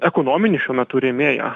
ekonominį šiuo metu rėmėją